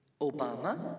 Obama